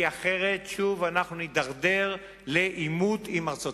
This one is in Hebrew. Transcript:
כי אחרת אנחנו שוב נידרדר לעימות עם ארצות-הברית.